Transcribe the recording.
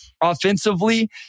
offensively